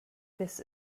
this